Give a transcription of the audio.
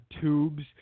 tubes